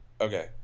Okay